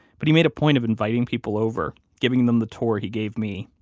but he made a point of inviting people over, giving them the tour he gave me,